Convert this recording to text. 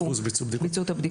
60% ביצעו את הבדיקות.